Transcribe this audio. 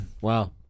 Wow